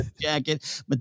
jacket